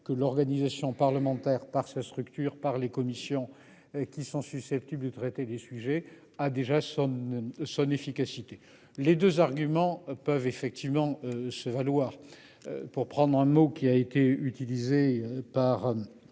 que l'Organisation parlementaire par ce structure par les commissions. Qui sont susceptibles de traiter des sujets a déjà sonne son efficacité, les 2 arguments peuvent effectivement se valoir. Pour prendre un mot qui a été utilisé par.